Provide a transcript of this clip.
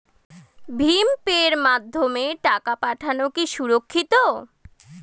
ভিম পের মাধ্যমে টাকা পাঠানো কি সুরক্ষিত?